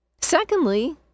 Secondly